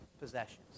possessions